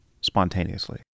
spontaneously